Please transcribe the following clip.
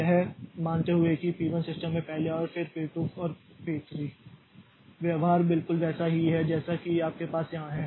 यह मानते हुए कि पी 1 सिस्टम में पहले आया फिर पी 2 और पी 3 व्यवहार बिल्कुल वैसा ही होगा जैसा कि आपके पास यहां है